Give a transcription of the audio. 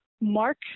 mark